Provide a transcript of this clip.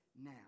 now